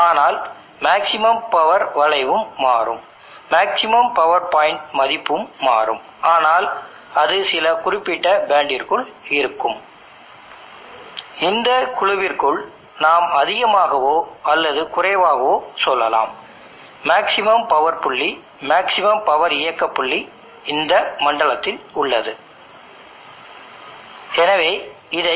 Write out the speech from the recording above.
எனவே Isc புள்ளி நேர்கோட்டுடன் மாறுபடும் அதேசமயம் Voc புள்ளி லாகிருதம் அடிப்படையில் மாறுபடும் மேலும் இந்த இன்சுலேஷனுக்காக பவர் வளைவை நான் இதைப் போன்ற புள்ளிகளைக் கொண்டு வரைவேன்